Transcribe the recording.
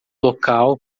local